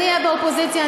אהיה באופוזיציה,